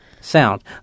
sound